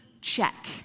check